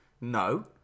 No